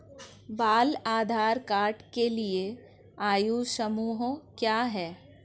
बाल आधार कार्ड के लिए आयु समूह क्या है?